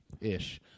Ish